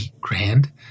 grand